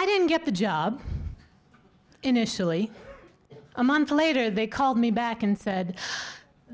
i didn't get the job initially a month later they called me back and said